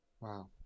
wow